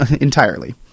entirely